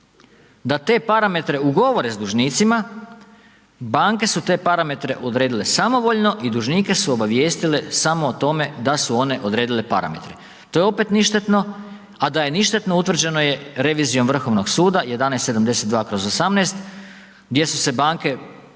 da te parametre ugovore s dužnicima, banke su te parametre odredile samovoljno i dužnike su obavijestile samo o tome da su one odredile parametre. To je opet ništetno, a da je ništetno utvrđeno je revizijom Vrhovnog suda 11-72/18 gdje su se banke u